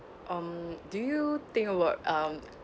um do you think about um